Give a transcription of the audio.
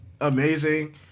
amazing